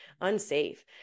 unsafe